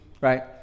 right